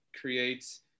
creates